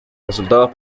resultados